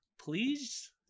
please